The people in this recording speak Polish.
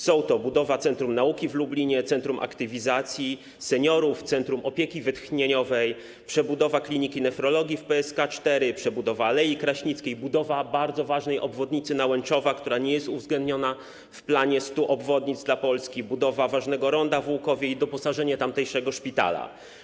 Są to budowa centrum nauki w Lublinie, centrum aktywizacji seniorów, centrum opieki wytchnieniowej, przebudowa Kliniki Nefrologii w PSK4, przebudowa al. Kraśnickiej, budowa bardzo ważnej obwodnicy Nałęczowa, która nie jest uwzględniona w planie 100 obwodnic dla Polski, budowa ważnego ronda w Łukowie i doposażenie tamtejszego szpitala.